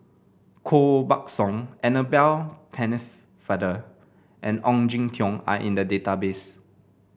Koh Buck Song Annabel Pennefather and Ong Jin Teong are in the database